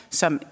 som